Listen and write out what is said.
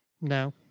No